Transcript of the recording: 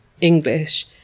English